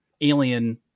alien